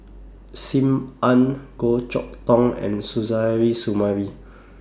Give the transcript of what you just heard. SIM Ann Goh Chok Tong and Suzairhe Sumari